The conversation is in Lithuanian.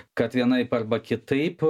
kad vienaip arba kitaip